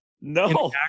no